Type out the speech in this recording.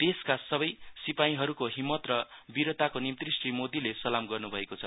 देशका सबै सिपाहीहरुको हिम्मत र वीरताको निम्ति श्री मोदीले सलाम गर्नु भएको छ